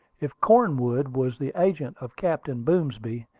if cornwood was the agent of captain boomsby,